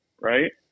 right